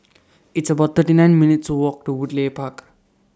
It's about thirty nine minutes' Walk to Woodleigh Park